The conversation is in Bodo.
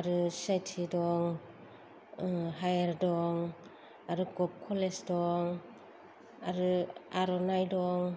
आरो सि आइ टि दं हायार दं आरो गभ कलेज दं आरो आर'नाइ दं